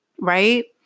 Right